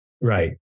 right